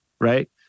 right